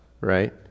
right